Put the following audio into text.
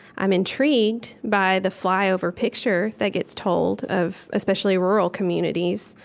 i'm intrigued by the flyover picture that gets told of, especially, rural communities.